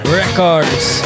records